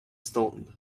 stoned